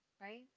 right